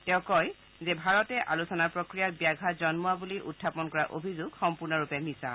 তেওঁ কয় যে ভাৰতে আলোচনাৰ প্ৰক্ৰিয়াত ব্যাঘাত জন্মোৱা বুলি উখাপন কৰা অভিযোগ সম্পূৰ্ণৰূপে মিছা